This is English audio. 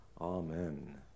Amen